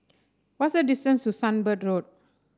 what is the distance to Sunbird Road